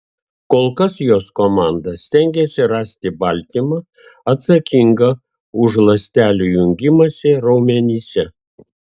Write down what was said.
kol kas jos komanda stengiasi rasti baltymą atsakingą už ląstelių jungimąsi raumenyse